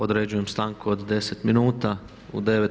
Određujem stanku od 10 minuta, u 9,